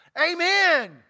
Amen